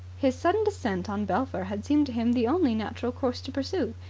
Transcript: his sudden descent on belpher had seemed to him the only natural course to pursue.